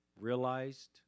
realized